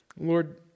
Lord